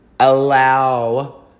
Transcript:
Allow